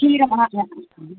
क्षीरमानयनार्थम्